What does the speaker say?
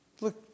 look